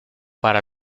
para